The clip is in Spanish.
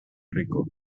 rico